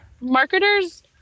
marketers